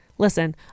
listen